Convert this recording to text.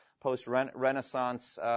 post-Renaissance